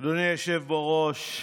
בראש,